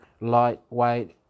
lightweight